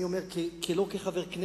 אני לא אומר את זה כחבר כנסת,